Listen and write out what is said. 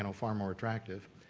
and far more attractive.